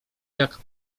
jak